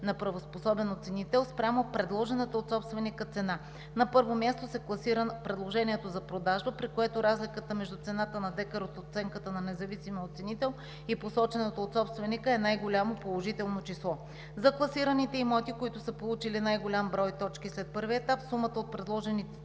на правоспособен оценител, спрямо предложената от собственика цена. На първо място се класира предложението за продажба, при което разликата между цената на декар от оценката на независим оценител и посочената от собственика е най-голямо положително число. За класираните имоти, които са получили най-голям брой точки след първия етап, сумата от предложените